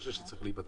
זה צריך להיבדק.